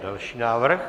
Další návrh.